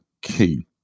key